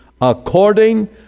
according